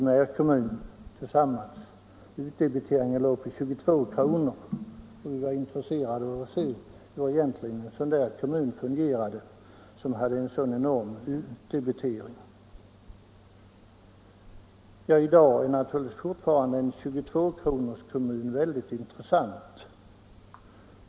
Den sammanlagda utdebiteringen låg på 22 kr., och vi var intresserade av att se hur en kommun egentligen fungerade som hade en sådan enorm utdebitering. I dag är naturligtvis fortfarande en 22-kronorskommun väldigt intressant.